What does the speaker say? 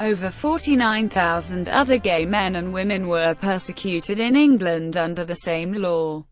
over forty nine thousand other gay men and women were persecuted in england under the same law.